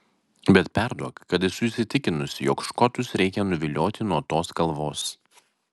bet perduok kad esu įsitikinusi jog škotus reikia nuvilioti nuo tos kalvos